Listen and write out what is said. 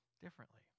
differently